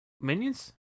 Minions